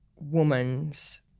woman's